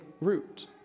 root